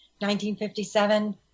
1957